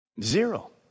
Zero